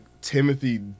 Timothy